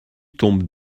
tombe